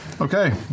Okay